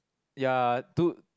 ya to